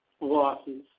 losses